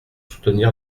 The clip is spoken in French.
soutenir